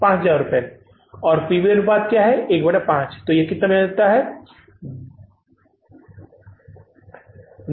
यह जो लाभ हम यहाँ अर्जित करना चाहते हैं वह 5000 है और पी वी अनुपात क्या है